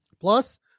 Plus